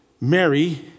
Mary